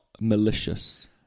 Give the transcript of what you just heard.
malicious